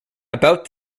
about